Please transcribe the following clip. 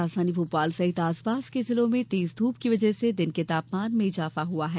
राजधानी भोपाल सहित आसपास के जिलों में तेज धूप की वजह से दिन के तापमान में इजाफा हुआ है